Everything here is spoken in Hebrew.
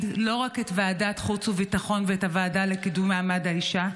לא רק את ועדת החוץ והביטחון ואת הוועדה לקידום מעמד האישה,